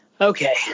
okay